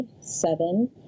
seven